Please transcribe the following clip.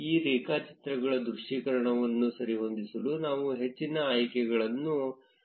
ಈ ರೇಖಾಚಿತ್ರಗಳ ದೃಶ್ಯೀಕರಣವನ್ನು ಸರಿಹೊಂದಿಸಲು ನಾವು ಹೆಚ್ಚಿನ ಆಯ್ಕೆಗಳನ್ನು ಅನ್ವೇಷಿಸೋಣ